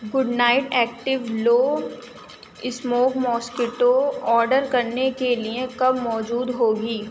good Knight active low smoke mosquito order کرنے کے لیے کب موجود ہوگی